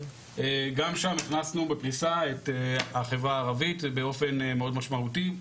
גם שם הכנסנו בפריסה את החברה הערבית באופן מאוד משמעותי.